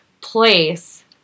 place